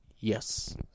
Yes